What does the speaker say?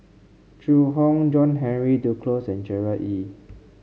Zhu Hong John Henry Duclos and Gerard Ee